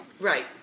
Right